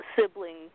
sibling